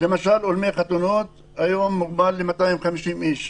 למשל אולמי חתונות, היום זה מוגבל ל-250 איש.